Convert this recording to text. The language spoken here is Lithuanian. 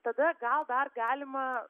tada gal dar galima